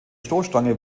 stoßstange